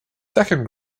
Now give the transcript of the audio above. second